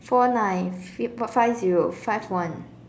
four nine five zero five one